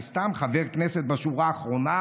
אני סתם חבר כנסת בשורה האחרונה.